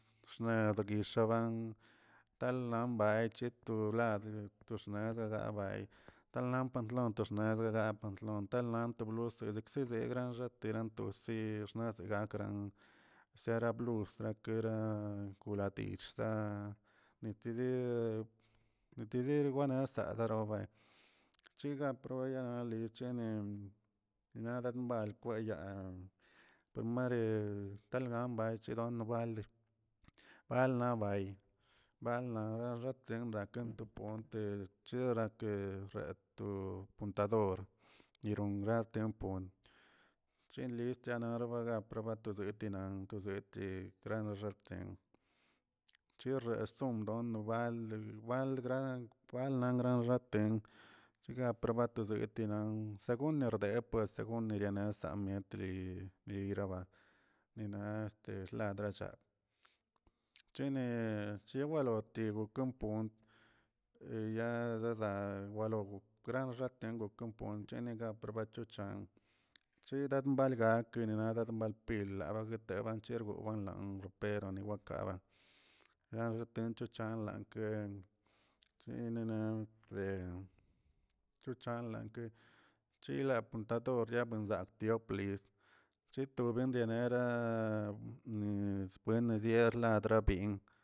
Xnedaa guixaban talambacheto wlade to xnexodaa bay, talan pantlon nezana pantlon lan to blusa lekzile lanxateran to sii guexnzsegakə será bluskə kera guratlishgaꞌ, naꞌ nitiderw nitider wenasa larobe, chiga probeyana li chenen naꞌ dambal kweꞌdaa por maren talban lachigaa no badlrə, balna bay balnaxatriem nakan to ponte cherakə daa to pontador, nironra timpol chenlis tianaraba aprobato setinato zeti nalxtlatjin, chirre nonobal bal gra langra xaten chiga probatosete lan segur rdeper según ineriasam' tri reiraba nina ladrachllaa, chene chiwalotiguw ompont eyazezlaa logo kranxa ponchene graprə chochan cheldan balgakə guedal mal pil labagueteba nchirbol lan ropero labakaban rantotencho chal gue chin nanal chochanlakə chila puntadoryaa nzakꞌ tioplis, chibto benrianera buenedialadrabrin.